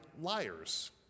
liars